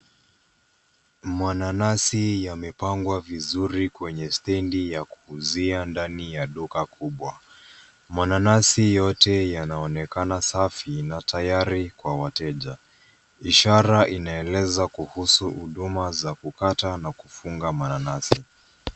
Mananasi yamepangwa vizuri kwenye stendi ya kuuzia ndani ya duka kubwa. Mananasi yote yanaonekana safi na tayari kwa wateja. Ishara inaeleza kuhusu huduma za kukata na kufunga mananasi.